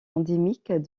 endémique